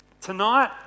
Tonight